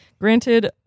Granted